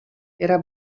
era